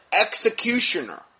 executioner